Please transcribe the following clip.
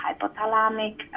hypothalamic